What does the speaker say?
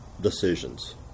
decisions